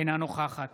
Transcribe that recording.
אינה נוכחת